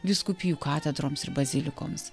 vyskupijų katedroms ir bazilikoms